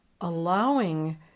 allowing